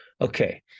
okay